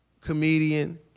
comedian